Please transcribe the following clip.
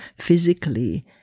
physically